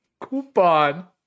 Coupon